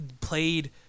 played